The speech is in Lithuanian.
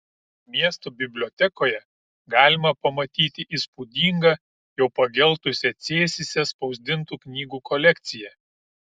miesto bibliotekoje galima pamatyti įspūdingą jau pageltusią cėsyse spausdintų knygų kolekciją